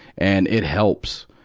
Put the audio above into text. and it helps.